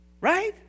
Right